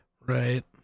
right